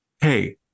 hey